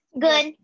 Good